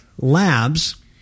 Labs